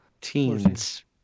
teens